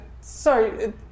Sorry